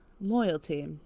loyalty